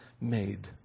made